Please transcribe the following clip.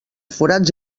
forats